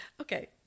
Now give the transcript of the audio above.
Okay